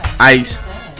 Iced